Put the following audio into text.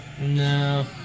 no